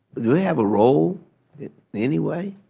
do they have a role anyway?